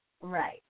Right